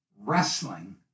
wrestling